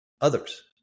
others